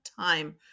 time